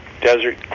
desert